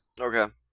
Okay